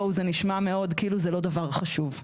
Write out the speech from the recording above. בואו, זה נשמע מאוד כאילו זה לא דבר חשוב.